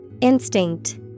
Instinct